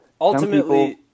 ultimately